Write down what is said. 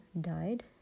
died